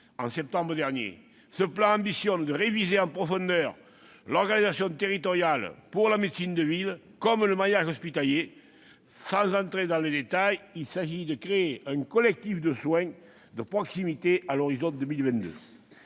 la République. Ce plan ambitionne de réviser en profondeur l'organisation territoriale, pour la médecine de ville comme pour le maillage hospitalier. Sans entrer dans les détails, il s'agit de créer un collectif de soins de proximité à l'horizon de 2022.